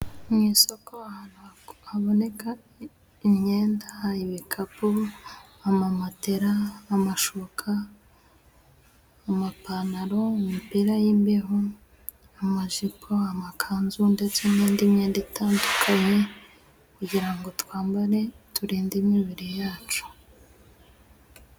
Mu isoko ahantu hako haboneka imyenda, ibikapu, amamatera, amashuka, amapantaro, imipira y'imbeho, amajipo, amakanzu ndetse n'indi myenda itandukanye, kugira ngo twambare turinde imibiri yacu.